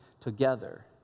together